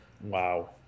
Wow